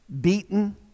beaten